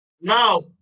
Now